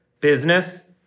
business